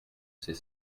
sait